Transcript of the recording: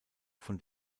von